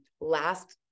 last